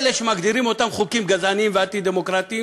אלה שמגדירים אותם חוקים גזעניים ואנטי-דמוקרטיים